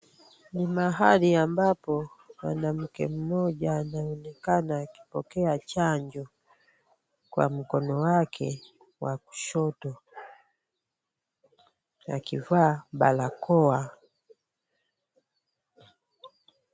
Ni mahali ambapo mwanamke mmoja anaonekana akipokea chanjo kwa mkono wake wa kushoto, akivaa barakoa.